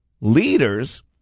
Leaders